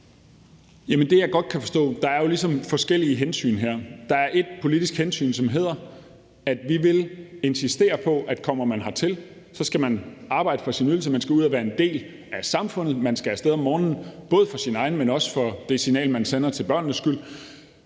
Det, jeg godt kan forstå, er, at der jo ligesom er forskellige hensyn her. Der er et politisk hensyn, som handler om, at vi vil insistere på, at kommer man hertil, skal man arbejde for sin ydelse. Man skal ud og være en del af samfundet. Man skal af sted om morgenen, både for sin egen skyld, men også for børnenes skyld